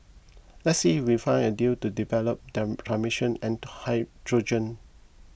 let's see if we find a deal to develop transmissions and hydrogen